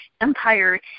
empire